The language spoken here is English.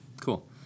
Cool